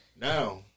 Now